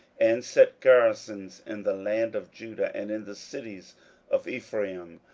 and set garrisons in the land of judah, and in the cities of ephraim,